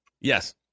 Yes